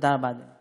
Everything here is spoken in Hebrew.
תודה רבה, אדוני.